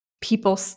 people